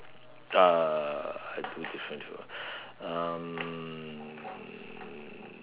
uh I do different from mm